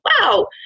wow